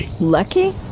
lucky